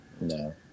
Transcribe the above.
No